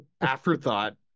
afterthought